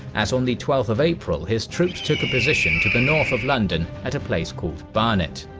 as on the twelfth of april his troops took a position to the north of london at a place called barnet.